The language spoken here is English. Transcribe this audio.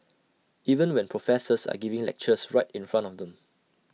even when professors are giving lectures right in front of them